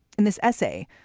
in this essay,